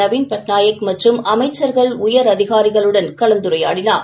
நவீன் பட்நாயக் மற்றும் மற்றும் அமைச்சர்கள் உயரதிகாரிகளுடன் கலந்துரையாடினார்